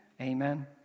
amen